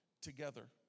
together